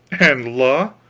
and, la,